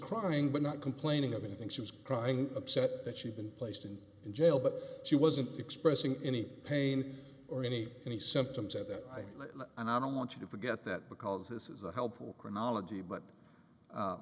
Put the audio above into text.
crying but not complaining of anything she was crying upset that she'd been placed in jail but she wasn't expressing any pain or any any symptoms at that time and i don't want you to forget that because this is a helpful chronology but